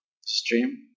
stream